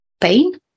pain